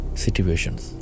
situations